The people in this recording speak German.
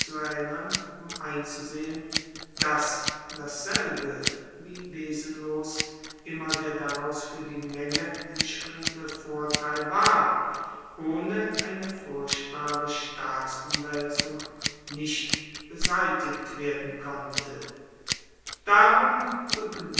erinnern um einzusehen dass dasselbe wie wesenlos immer der daraus fuer die menge entspringende vorteil war ohne eine furchtbare staatsumwaelzung nicht beseitigt werden konnte darum